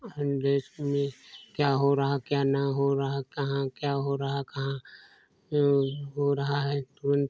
अन्य देश में क्या हो रहा क्या न हो रहा कहाँ क्या हो रहा कहाँ जऊन हो रहा है तुरंत